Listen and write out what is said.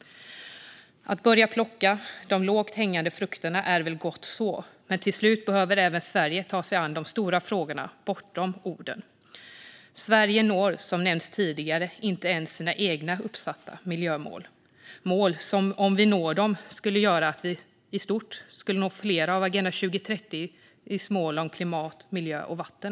Att börja plocka de lågt hängande frukterna är väl gott så, men till slut behöver även Sverige ta sig an de stora frågorna bortom orden. Sverige når, som nämnts tidigare, inte ens sina egna uppsatta miljömål. De är mål som, om vi når dem, skulle göra att vi i stort skulle nå flera av Agenda 2030-målen om klimat, miljö och vatten.